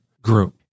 group